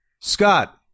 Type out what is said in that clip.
scott